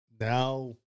now